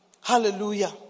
Hallelujah